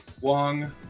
Wong